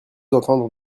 entendre